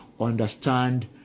Understand